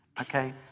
okay